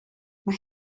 mae